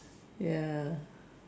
ya